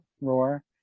roar